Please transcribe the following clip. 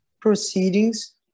proceedings